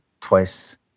twice